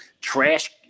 trash